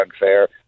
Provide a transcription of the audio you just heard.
unfair